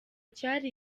cyari